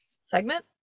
segment